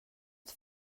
ett